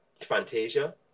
fantasia